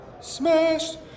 Smashed